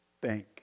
bank